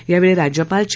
यावेळी राज्यपाल चे